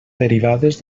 derivades